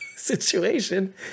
situation